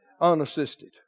unassisted